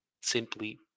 simply